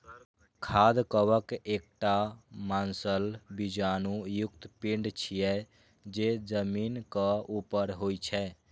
खाद्य कवक एकटा मांसल बीजाणु युक्त पिंड छियै, जे जमीनक ऊपर होइ छै